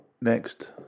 next